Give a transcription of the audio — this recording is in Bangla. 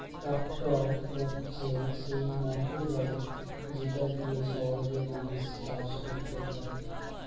ট্র্যাক্টর হচ্ছে সেই মোটর গাড়ি যেটা দিয়ে সহজে মানুষ চাষ করতে পারে